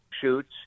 shoots